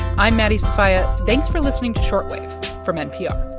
i'm maddie sofia. thanks for listening to short wave from npr